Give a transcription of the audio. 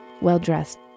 well-dressed